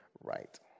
right